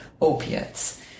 opiates